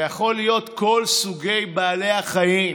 וזה יכול להיות כל סוגי בעלי החיים.